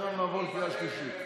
עכשיו נעבור לקריאה שלישית.